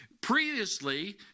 previously